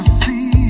see